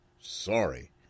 Sorry